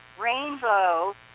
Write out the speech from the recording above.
rainbow